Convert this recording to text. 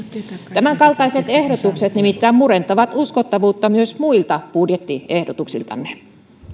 tämänkaltaiset ehdotukset nimittäin murentavat uskottavuutta myös muilta budjettiehdotuksiltanne